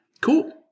Cool